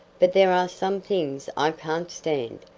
but there are some things i can't stand,